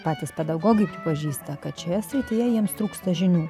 patys pedagogai pripažįsta kad šioje srityje jiems trūksta žinių